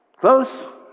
Close